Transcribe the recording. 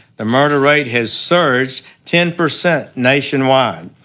the murder rate has surged ten percent nationwide.